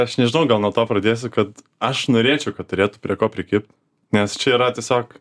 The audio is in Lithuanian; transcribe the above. aš nežinau gal nuo to pradėsiu kad aš norėčiau kad turėtų prie ko prikibt nes čia yra tiesiog